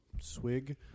swig